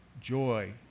joy